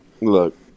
look